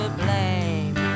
blame